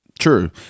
True